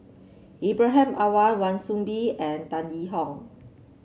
Ibrahim Awang Wan Soon Bee and Tan Yee Hong